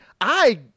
I-